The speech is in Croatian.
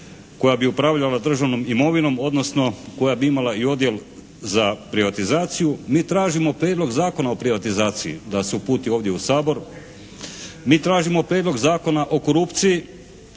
koja bi upravljala državnom imovinom odnosno koja bi imala i Odjel za privatizaciju. Mi tražimo Prijedlog Zakona o privatizaciji da se uputi ovdje u Sabor. Mi tražimo Prijedlog Zakona o korupciji.